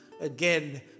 again